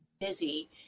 busy